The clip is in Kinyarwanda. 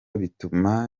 bituma